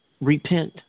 repent